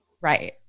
Right